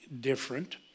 different